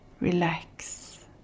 Relax